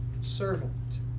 servant